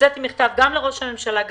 הוצאתי מכתב גם לראש הממשלה,